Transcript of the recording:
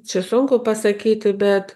čia sunku pasakyti bet